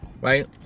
right